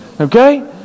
Okay